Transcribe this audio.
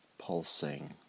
pulsing